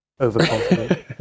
overconfident